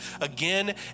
again